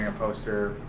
poster?